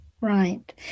Right